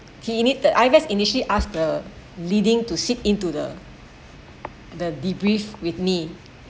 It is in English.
he need that I was initially asked the leading to sit into the the debrief with me